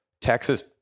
Texas